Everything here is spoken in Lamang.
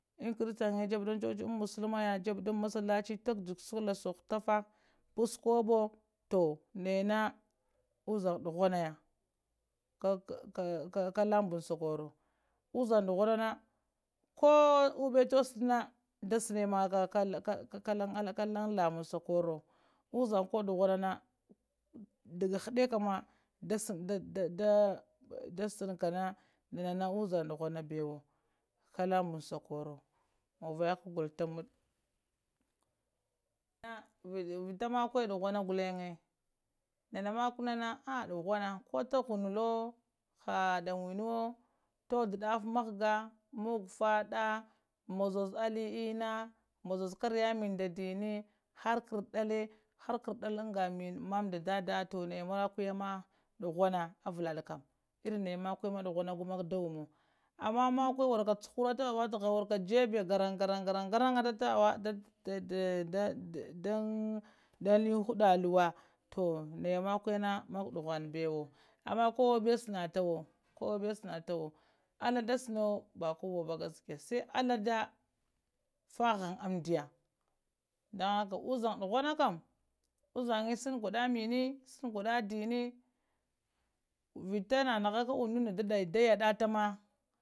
An christem ya jebb dan church an muslima jebb dan masalaci ta jugg sallah sowo chuffa passh kobowo toh naya na uzang duhunaya kalla lamanban sakurowo uzang duhuna na koh ubba toshede na da shanemaka kalla kalla kallan alla kallan lamang shakoworo uzang koh duhuna na dagga haɗɗeƙa ma da, da da shankana nana uzang duhunabe wo kalamban shakorowo muvaya ka a gullenge nana makuwamana a duhuna koh tahunolowo na ha danguniwo dohd daffa mahza mugg la fadda mbazozowo alli enna mbazozowo kariya mini nda dinni har kardada har kardadlang anga mama nda dada. a toh naya makuya ma duluna avala yadd kam irin noya makurya ma gumak da wumowo ama makuve wark a churata thewa wathaha warka jebbe garan garan gonon da, da, dan allan huɗa luwa toh naya maƙiwiya maƙwo a duhanaɓayowo ama ƙowa bewa shana hawa ƙowa bew shanttama alla da shanowo ɓa kowa ɓa gaskiya sai alla ɗa faha ghan amɗiya don hakka uzang duhuna kam uzange shan tah gudda mini shanta gudda dinni vita nanah ka unɗada da yadta ma